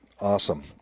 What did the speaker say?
Awesome